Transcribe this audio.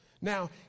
Now